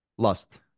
Lust